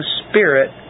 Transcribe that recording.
spirit